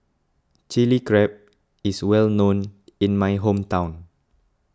Chili Crab is well known in my hometown